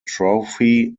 trophy